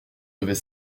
devait